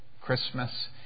Christmas